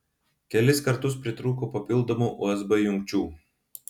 kelis kartus pritrūko papildomų usb jungčių